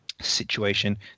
situation